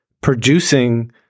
producing